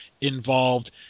involved